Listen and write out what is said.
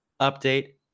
update